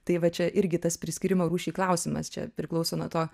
tai va čia irgi tas priskyrimo rūšiai klausimas čia priklauso nuo to